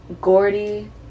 Gordy